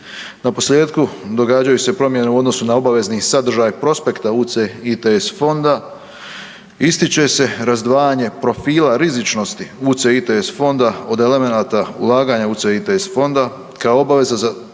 Na posljetku, događaju se promjene u odnosu na obavezni sadržaj prospekta UCITS fonda, ističe se razdvajanje profila rizičnost UCITS fonda od elemenata ulaganja UCITS fonda kao obaveza da